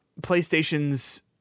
playstation's